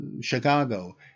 Chicago